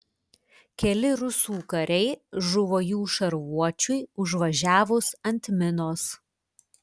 keli rusų kariai žuvo jų šarvuočiui užvažiavus ant minos